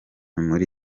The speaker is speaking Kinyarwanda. muri